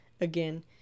again